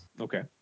Okay